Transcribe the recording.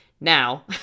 Now